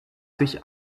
sich